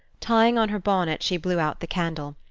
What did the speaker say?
tying on her bonnet, she blew out the candle.